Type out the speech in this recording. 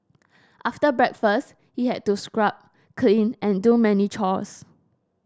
after breakfast he had to scrub clean and do many chores